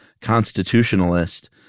constitutionalist